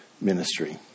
ministry